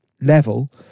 level